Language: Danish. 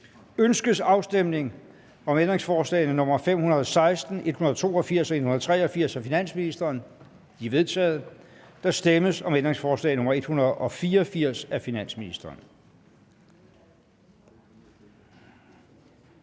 Ønskes afstemning om ændringsforslag nr. 185-191 af finansministeren? De er vedtaget. Der stemmes om ændringsforslag nr. 464 af Venstre.